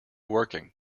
working